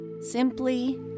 simply